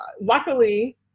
luckily